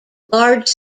large